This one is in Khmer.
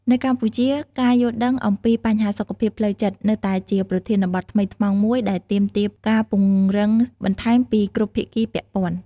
នៅកម្ពុជា ការយល់ដឹងអំពីបញ្ហាសុខភាពផ្លូវចិត្តនៅតែជាប្រធានបទថ្មីថ្មោងមួយដែលទាមទារការពង្រឹងបន្ថែមពីគ្រប់ភាគីពាក់ព័ន្ធ។